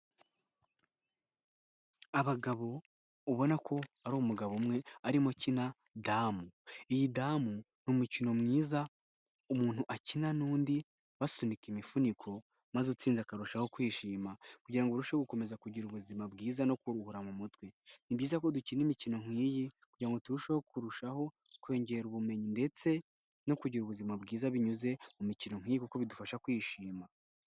Abagabo ubona ko ari umugabo umwe arimo akina damu. Iyi damu ni umukino mwiza, umuntu akina n'undi basunika imifuniko, maze utsinze akarushaho kwishima kugira ngo urushe gukomeza kugira ubuzima bwiza no kuruhura mu mutwe. Ni byiza ko dukina imikino nk'iyi kugira ngo turusheho kurushaho kongera ubumenyi ndetse no kugira ubuzima bwiza binyuze mu mikino nk'iyi kuko bidufasha kwishima.